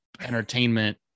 entertainment